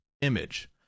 image